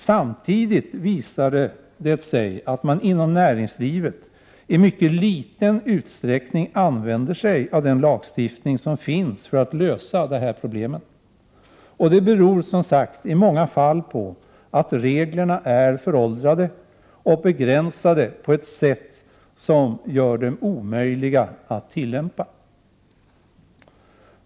Samtidigt visade det sig att man inom näringslivet i mycket liten utsträckning använder sig av den lagstiftning som finns för att lösa de här problemen. Och det beror som sagt i många fall på att reglerna är föråldrade och begränsade på ett sätt som gör dem omöjliga att tillämpa.